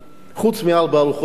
חוץ מארבע ארוחות ביום,